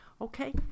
Okay